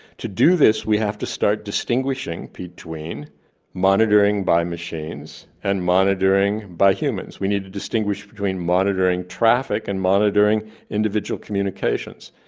to do this we have to start distinguishing between monitoring by machines and monitoring by humans. we need to distinguish between monitoring traffic and monitoring individual communications.